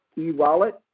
e-wallet